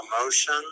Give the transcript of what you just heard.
emotion